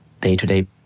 day-to-day